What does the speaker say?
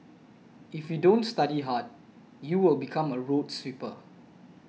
if you don't study hard you will become a road sweeper